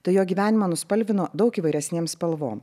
tai jo gyvenimą nuspalvino daug įvairesnėm spalvom